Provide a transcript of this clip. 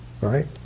right